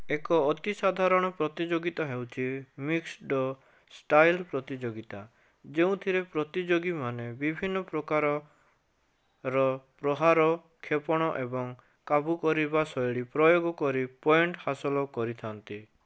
ଏକ ଅତି ସାଧାରଣ ପ୍ରତିଯୋଗିତା ହେଉଛି ମିକ୍ସଡ଼ ଷ୍ଟାଇଲ୍ ପ୍ରତିଯୋଗିତା ଯେଉଁଥିରେ ପ୍ରତିଯୋଗୀମାନେ ବିଭିନ୍ନ ପ୍ରକାରର ପ୍ରହାର କ୍ଷେପଣ ଏବଂ କାବୁ କରିବା ଶୈଳୀ ପ୍ରୟୋଗ କରି ପଏଣ୍ଟ ହାସଲ କରିଥାନ୍ତି